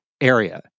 area